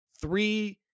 three